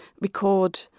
record